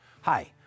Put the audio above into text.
Hi